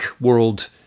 world